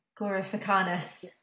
glorificanus